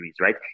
right